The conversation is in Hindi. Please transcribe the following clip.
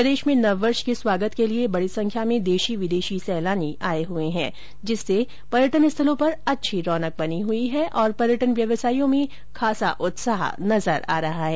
प्रदेश में नववर्ष के स्वागत के लिये बडी संख्या में देशी विदेशी सैलानी आये हए है जिससे पर्यटन स्थलों पर अच्छी रौनक बनी हई है और पर्यटन व्यवसाइयों में खास उत्साह नजर आ रहा है